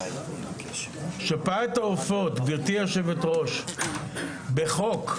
לפי החוק,